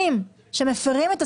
ו-2024.